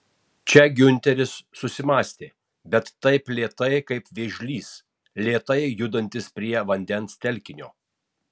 čia giunteris susimąstė bet taip lėtai kaip vėžlys lėtai judantis prie vandens telkinio